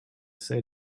say